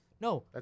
No